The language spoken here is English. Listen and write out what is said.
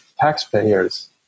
taxpayers